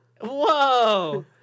Whoa